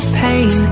pain